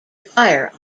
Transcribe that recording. fire